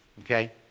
Okay